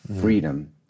freedom